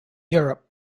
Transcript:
europe